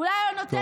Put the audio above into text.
תודה.